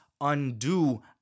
undo